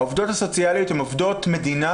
העובדות הסוציאליות הן עובדות מדינה,